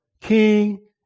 king